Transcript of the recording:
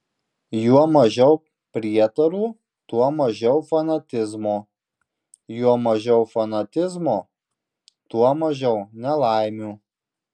juo mažiau prietarų tuo mažiau fanatizmo juo mažiau fanatizmo tuo mažiau nelaimių